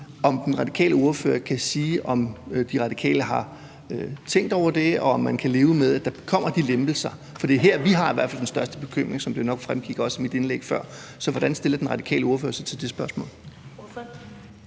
Kan den radikale ordfører sige, om De Radikale har tænkt over det, og om de kan leve med, at der kommer de lempelser? For det er her, vi i hvert fald har den største bekymring, som det nok også fremgik af mit indlæg før. Så hvordan stiller den radikale ordfører sig til det spørgsmål?